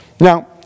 Now